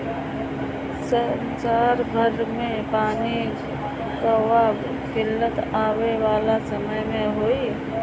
संसार भर में पानी कअ किल्लत आवे वाला समय में होई